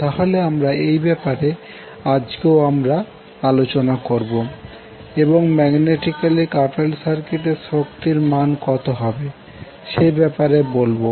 তাহলে আমরা এই ব্যাপারে আজকেও আমরা আলোচনা করবো এবং ম্যাগনেটিকালী কাপেলড সার্কিটের শক্তির মান কত হবে সেই ব্যাপারে বলবো